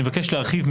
ואנחנו נראה את זה,